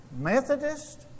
Methodist